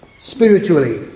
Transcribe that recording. spiritually.